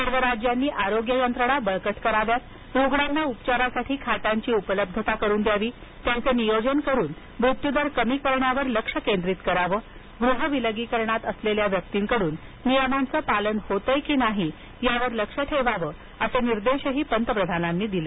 सर्व राज्यांनी आरोग्य यंत्रणा बळकट कराव्यात रुग्णांना उपचारासाठी खाटांची उपलब्धता त्याचं योग्य नियोजन करून मृत्यू दर कमी करण्यावर लक्ष केंद्रित करावं गृह विलगीकरणात असलेल्या व्यक्तींकडून नियमांचं पालन होत आहे किंवा नाही यावर लक्ष ठेवा असे निर्देशही पंतप्रधानांनी दिले